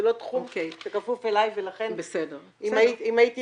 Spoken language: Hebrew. זה לא תחום שכפוף אלי ולכן אם הייתי